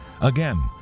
Again